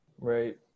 Right